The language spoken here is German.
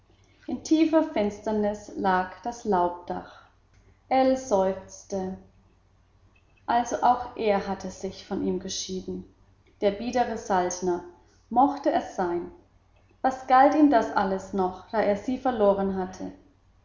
in tiefer finsternis lag das laubdach ell seufzte also auch er hatte sich von ihm geschieden der biedere saltner mochte es sein was galt ihm das alles noch da er sie verloren hatte